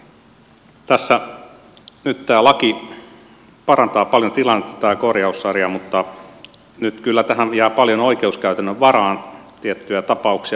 tässä nyt tämä laki parantaa paljon tilannetta tämä korjaussarja mutta nyt kyllä tähän jää paljon oikeuskäytännön varaan tiettyjä tapauksia